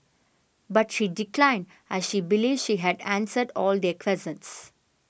but she declined as she believes she had answered all their questions